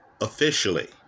officially